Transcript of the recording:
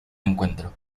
encuentro